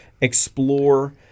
explore